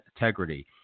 integrity